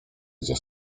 gdzie